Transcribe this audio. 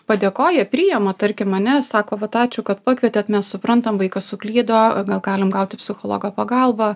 padėkoja priima tarkim ane sako vat ačiū kad pakvietėt mes suprantam vaikas suklydo gal galim gauti psichologo pagalbą